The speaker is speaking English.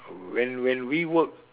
when when we work